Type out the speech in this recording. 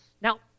Now